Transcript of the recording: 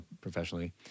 professionally